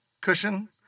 cushion